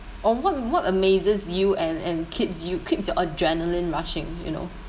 or what what amazes you and and keeps you keeps your adrenaline rushing you know